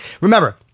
Remember